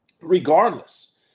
Regardless